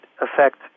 affect